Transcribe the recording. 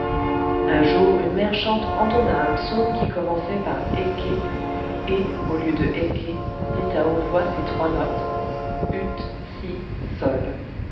un jour une mère chantre entonna un psaume qui commençait par ecce et au lieu de ecce dit à haute voix ces trois notes ut si sol